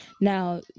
Now